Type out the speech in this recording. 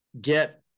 get